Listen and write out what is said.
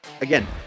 again